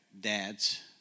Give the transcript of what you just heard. dads